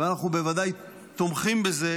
ואנחנו בוודאי תומכים בזה,